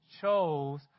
chose